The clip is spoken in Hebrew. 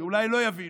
שאולי לא יבינו.